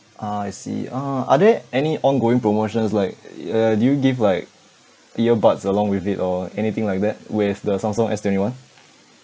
ah I see uh are there any ongoing promotions like uh do you give like earbuds along with it or anything like that with the samsung S twenty one